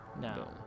No